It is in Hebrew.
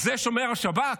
על זה שומר השב"כ?